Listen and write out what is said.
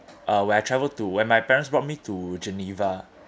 uh where I travel to when my parents brought me to geneva